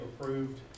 approved